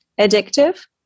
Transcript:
addictive